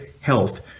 health